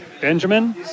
Benjamin